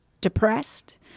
depressed